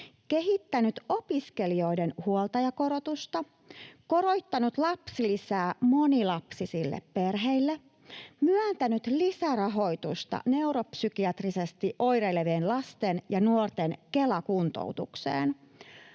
kehittänyt opiskelijoiden huoltajakorotusta, korottanut lapsilisää monilapsisille perheille, myöntänyt lisärahoitusta neuropsykiatrisesti oireilevien lasten ja nuorten Kela-kuntoutukseen.